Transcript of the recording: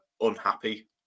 unhappy